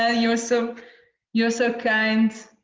ah you're so you're so kind.